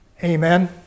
Amen